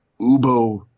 Ubo